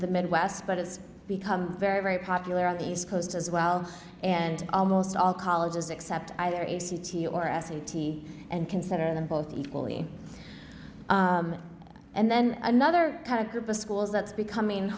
the midwest but it's become very very popular on the east coast as well and almost all colleges accept either a c t or se t and consider them both equally and then another kind of group of schools that's becoming